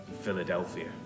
Philadelphia